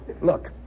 Look